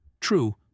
True